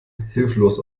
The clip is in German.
hilflos